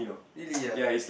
really ah